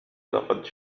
لقد